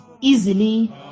easily